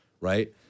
Right